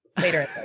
later